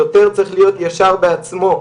שוטר צריך להיות ישר בעצמו,